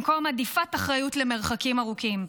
במקום הדיפת אחריות למרחקים ארוכים,